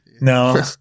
No